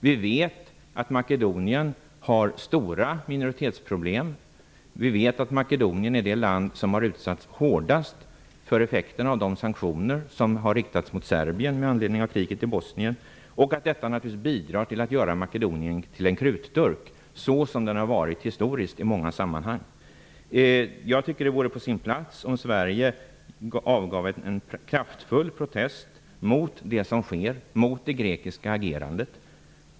Vi vet att Makedonien har stora minoritetsproblem och är det land som har utsatts hårdast av effekten av de sanktioner som har riktats mot Serbien med anledning av kriget i Bosnien och att detta naturligtvis bidrar till att göra Makedonien till en krutburk, som det har varit historiskt i många sammanhang. Jag tycker att det var på sin plats att Sverige avgav en kraftfull protest mot det grekiska agerandet.